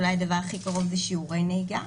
אולי הדבר הכי קרוב זה שיעורי נהיגה.